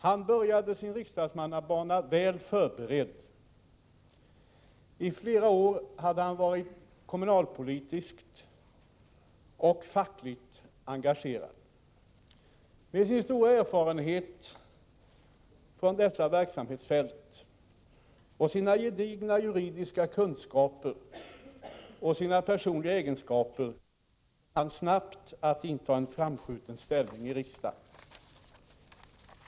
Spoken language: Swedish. Han började sin riksdagsmannabana väl förberedd. I flera år hade han varit kommunalpolitiskt och fackligt engagerad. Med sin stora erfarenhet från dessa verksamhetsfält och med sina gedigna juridiska kunskaper och sina personliga egenskaper kom han snabbt att inta en framskjuten ställning i riksdagen.